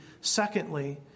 secondly